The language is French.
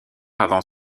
avant